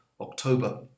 October